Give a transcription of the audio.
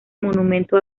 monumento